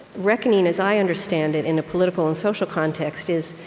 reckoning as i understand it in a political and social context is,